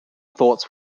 thoughts